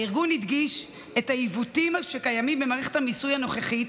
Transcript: הארגון הדגיש את העיוותים שקיימים במערכת המיסוי הנוכחית